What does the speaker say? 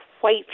white